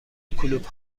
کلوپ